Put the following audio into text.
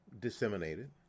disseminated